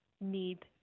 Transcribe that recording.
need